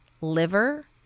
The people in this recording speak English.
liver